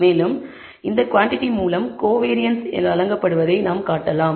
மேலும் இந்த குவாண்டிடி மூலம் கோவேரியன்ஸ் வழங்கப்படுவதைக் நாம் காட்டலாம்